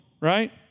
right